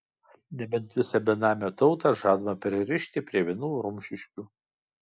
nebent visą benamę tautą žadama pririšti prie vienų rumšiškių